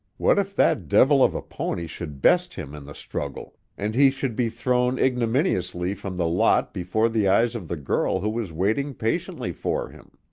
what if that devil of a pony should best him in the struggle, and he should be thrown ignominiously from the lot before the eyes of the girl who was waiting patiently for him?